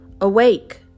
Awake